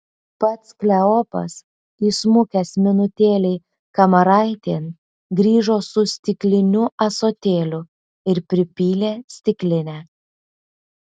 pats kleopas įsmukęs minutėlei kamaraitėn grįžo su stikliniu ąsotėliu ir pripylė stiklinę